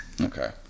Okay